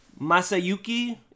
Masayuki